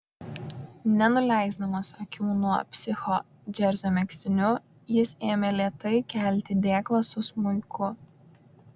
nenuleisdamas akių nuo psicho džersio megztiniu jis ėmė lėtai kelti dėklą su smuiku